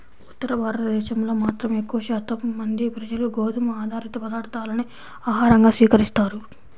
ఉత్తర భారతదేశంలో మాత్రం ఎక్కువ శాతం మంది ప్రజలు గోధుమ ఆధారిత పదార్ధాలనే ఆహారంగా స్వీకరిస్తారు